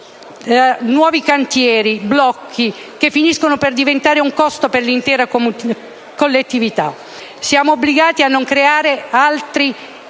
giorno eccezioni e blocchi che finiscono per divenire un costo per l'intera collettività. Siamo obbligati a non creare altri